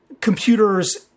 computers